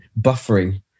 buffering